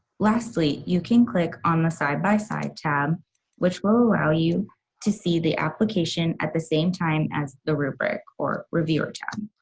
lastly, you can click on the side-by-side tab which will allow you to see the application at the same time as the rubric or reviewer tab.